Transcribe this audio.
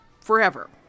forever